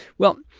well,